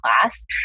class